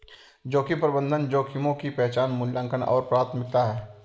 जोखिम प्रबंधन जोखिमों की पहचान मूल्यांकन और प्राथमिकता है